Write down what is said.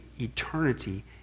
eternity